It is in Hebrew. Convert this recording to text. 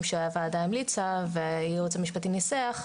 שהוועדה המליצה והייעוץ המשפטי ניסח,